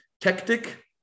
tactic